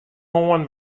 moarn